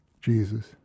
Jesus